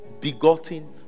begotten